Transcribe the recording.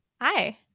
hi